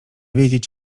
wiedzieć